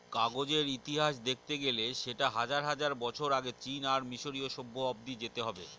কাগজের ইতিহাস দেখতে গেলে সেটা হাজার হাজার বছর আগে চীন আর মিসরীয় সভ্য অব্দি যেতে হবে